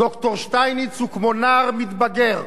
ד"ר שטייניץ הוא כמו נער מתבגר.